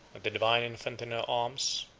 with the divine infant in her arms,